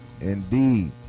Indeed